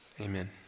Amen